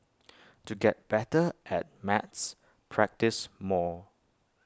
to get better at maths practise more